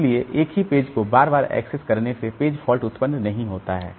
इसलिए एक ही पेज को बार बार एक्सेस करने से पेज फॉल्ट उत्पन्न नहीं होता है